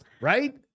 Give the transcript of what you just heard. Right